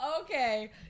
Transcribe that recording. Okay